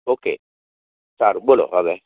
okay સારું બોલો હવે